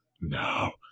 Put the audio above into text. now